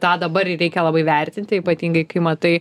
tą dabar ir reikia labai vertinti ypatingai kai matai